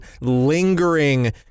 lingering